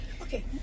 Okay